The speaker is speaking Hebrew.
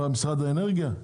משרד האנרגיה?